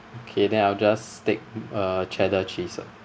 okay then I'll just stick uh cheddar cheese ah